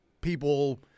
people